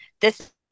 this-